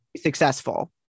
successful